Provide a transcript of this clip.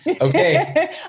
Okay